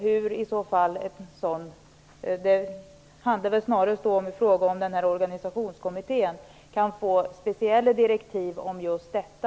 Frågan gäller snarast om informationskommittén kan få speciella direktiv om just detta.